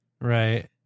Right